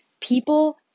People